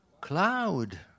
cloud